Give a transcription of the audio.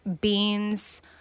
Beans